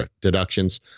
deductions